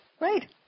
Right